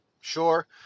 sure